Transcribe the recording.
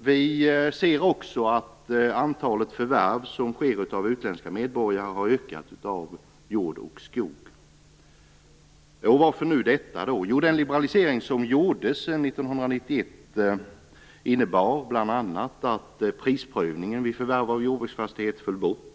Vi ser också att antalet förvärv som sker av utländska medborgare av jord och skog har ökat. Varför nu detta? Den liberalisering som gjordes 1991 innebar bl.a. att prisprövningen vid förvärv av jordbruksfastighet föll bort.